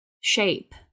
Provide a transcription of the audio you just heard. shape